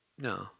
no